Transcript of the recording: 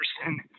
person